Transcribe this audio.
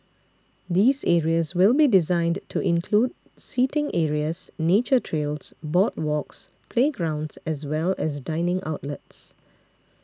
these areas will be designed to include seating areas nature trails boardwalks playgrounds as well as dining outlets